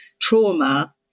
trauma